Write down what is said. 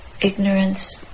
ignorance